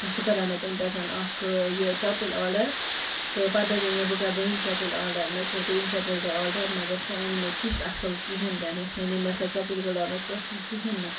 سُہ کَرے مےٚ تَمہِ پٮ۪ٹھ اَکھ یہِ چَپٕلۍ آرڈَر تہٕ پَتہٕ دَپے مےٚ بہٕ کَرٕ دٔیِم چَپٕلۍ آرڈَر مےٚ کٔر دۄیِم چَپٕلۍ تہِ آرڈر مگر سۄ آے نہٕ مےٚ تِژھ اَصٕل کِہیٖنۍ تِنہٕ یۄس مےٚ پٮ۪ٹھ کٔر آرڈَر سۄ ٲس نہٕ کِہیٖنۍ نہٕ